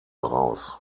raus